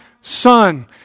Son